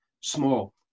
small